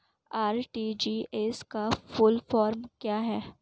RTGS का full form क्या है?